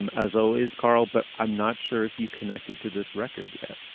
and as always, karl, but i'm not sure if you connected to this record yet